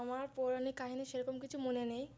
আমার পৌরাণিক কাহিনি সেরকম কিছু মনে নেই